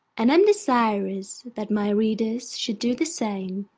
and am desirous that my readers should do the same.